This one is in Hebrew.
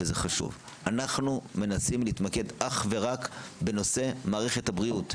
שזה חשוב אנחנו מנסים להתמקד אך ורק בנושא מערכת הבריאות,